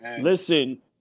Listen